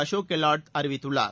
அசோக் கெலாட் அறிவித்துள்ளார்